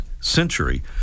century